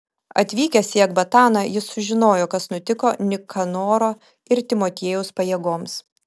atvykęs į ekbataną jis sužinojo kas nutiko nikanoro ir timotiejaus pajėgoms